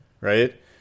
right